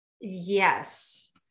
Yes